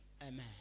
Amen